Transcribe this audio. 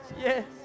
yes